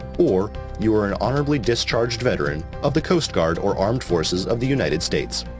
or you are an honorably discharged veteran of the coast guard or armed forces of the united states.